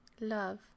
Love